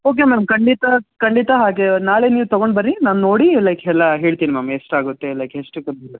okay madam ಖಂಡಿತ ಖಂಡಿತ ಹಾಗೇ ನಾಳೆ ನೀವು ತೊಗೊಂಡು ಬನ್ರಿ ನಾನು ನೋಡಿ ಲೈಕ್ ಎಲ್ಲ ಹೇಳ್ತಿನಿ ಮ್ಯಾಮ್ ಎಷ್ಟು ಆಗುತ್ತೆ ಲೈಕ್ ಎಷ್ಟು